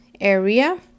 area